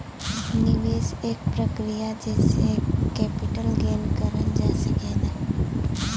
निवेश एक प्रक्रिया जेसे कैपिटल गेन करल जा सकला